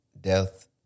death